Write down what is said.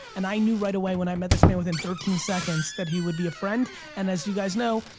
and i knew right away when i met this man within thirteen seconds that he would be a friend and as you guys know,